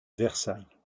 versailles